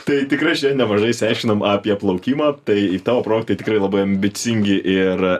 tai tikrai šiandien nemažai išsiaiškinom apie plaukimą tai tavo projektai tikrai labai ambicingi ir